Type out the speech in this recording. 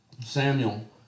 Samuel